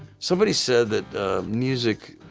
somebody said that music